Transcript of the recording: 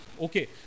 Okay